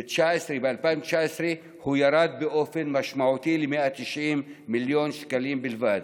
וב-2019 הוא ירד באופן משמעותי ל-190 מיליון שקלים בלבד.